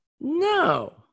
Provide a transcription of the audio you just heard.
no